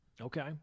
Okay